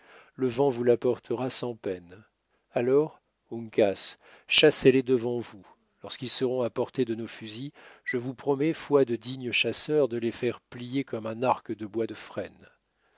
le vent vous l'apportera sans peine alors uncas chassez les devant vous lorsqu'ils seront à portée de nos fusils je vous promets foi de digne chasseur de les faire plier comme un arc de bois de frêne